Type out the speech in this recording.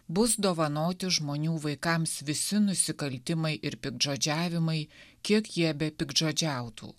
bus dovanoti žmonių vaikams visi nusikaltimai ir piktžodžiavimai kiek jie bepiktžodžiautų